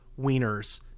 wieners